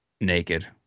naked